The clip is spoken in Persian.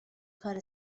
کار